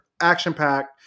action-packed